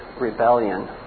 rebellion